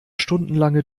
stundenlange